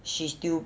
she's still